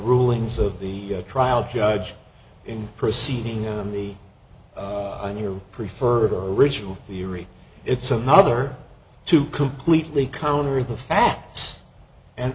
rulings of the trial judge in proceeding on the on your preferred original theory it's another to completely counter the facts and